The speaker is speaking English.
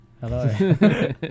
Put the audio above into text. Hello